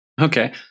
Okay